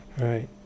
Right